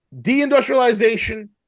Deindustrialization